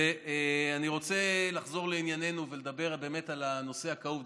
אני רוצה לחזור לענייננו ולדבר באמת על הנושא הכאוב.